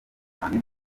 cyane